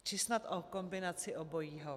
Či snad o kombinaci obojího?